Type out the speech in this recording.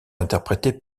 interprété